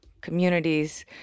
communities